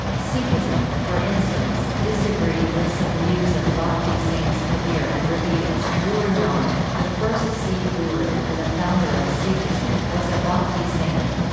sikhism, for instance, disagreed with some views of bhakti saints kabir and ravidas guru nanak, the first sikh guru and the founder of sikhism, was a bhakti saint.